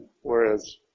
whereas